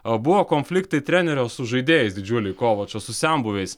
buvo konfliktai trenerio su žaidėjais didžiuliai kovačo su senbuviais